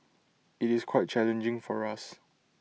IT is quite challenging for us